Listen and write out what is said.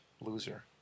loser